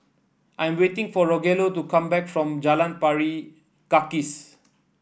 I am waiting for Rogelio to come back from Jalan Pari Kikis